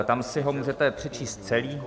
Tam si ho můžete přečíst celý.